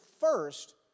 first